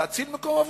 להציל מקום עבודה.